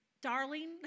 Darling